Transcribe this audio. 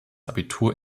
abitur